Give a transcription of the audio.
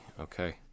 Okay